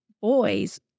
boys